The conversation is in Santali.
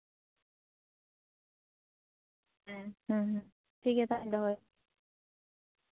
ᱦᱮᱸ ᱦᱩᱸ ᱦᱩᱸ ᱴᱷᱤᱠᱜᱮ ᱭᱟ ᱛᱟᱦᱞᱮᱧ ᱫᱚᱦᱚᱭᱮᱫᱟ